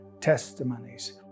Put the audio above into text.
testimonies